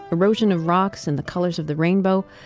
erosion of rocks and the colors of the rainbow,